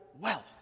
wealth